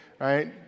right